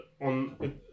on